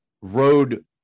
road